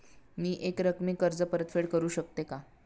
मी एकरकमी कर्ज परतफेड करू शकते का?